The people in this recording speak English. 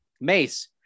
Mace